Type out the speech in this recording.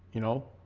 you know